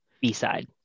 B-side